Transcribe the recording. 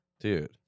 Dude